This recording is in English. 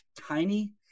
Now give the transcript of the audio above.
tiny